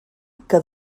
que